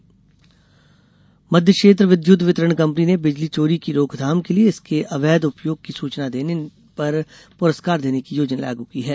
विद्युत चोरी मध्य क्षेत्र विद्युत वितरण कंपनी ने बिजली चोरी की रोकथाम में लिए इसके अवैध उपयोग की सूचना देने पर पुरस्कार देने की योजना लागू की है